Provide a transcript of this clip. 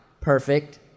perfect